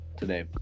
Today